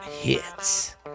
hits